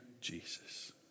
Jesus